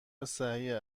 صحیح